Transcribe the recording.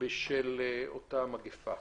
בשל אותה מגפה.